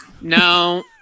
No